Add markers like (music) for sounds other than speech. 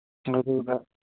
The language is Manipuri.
(unintelligible)